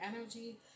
energy